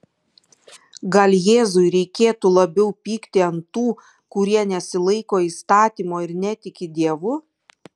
gal jėzui reikėtų labiau pykti ant tų kurie nesilaiko įstatymo ir netiki dievu